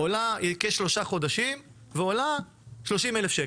היא כשלושה חודשים והיא עולה 30,000 ש"ח.